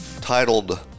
titled